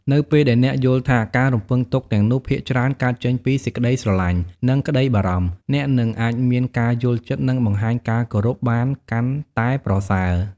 នៅពេលអ្នកយល់ថាការរំពឹងទុកទាំងនោះភាគច្រើនកើតចេញពី សេចក្ដីស្រឡាញ់ និងក្ដីបារម្ភ អ្នកនឹងអាចមានការយល់ចិត្ត និងបង្ហាញការគោរពបានកាន់តែប្រសើរ។